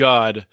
God